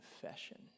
Confession